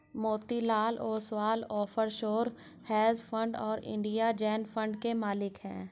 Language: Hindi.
Motilal Oswal offshore hedge fund और इंडिया जेन फंड के मालिक हैं